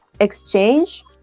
exchange